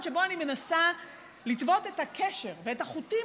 שבו אני מנסה לטוות את הקשר ואת החוטים,